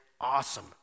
awesome